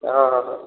ಹಾಂ ಹಾಂ ಹಾಂ